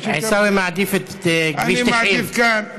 עיסאווי מעדיף את כביש 90. אני מעדיף כאן,